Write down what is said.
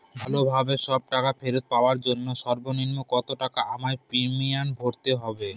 ভালোভাবে সব টাকা ফেরত পাওয়ার জন্য সর্বনিম্ন কতটাকা আমায় প্রিমিয়াম ভরতে হবে?